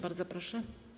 Bardzo proszę.